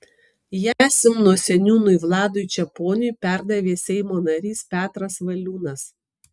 ją simno seniūnui vladui čeponiui perdavė seimo narys petras valiūnas